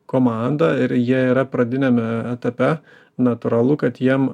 komanda ir jie yra pradiniame etape natūralu kad jiem